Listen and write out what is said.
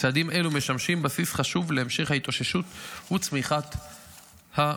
צעדים אלו משמשים בסיס חשוב להמשך ההתאוששות וצמיחת המשק.